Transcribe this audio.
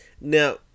Now